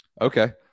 Okay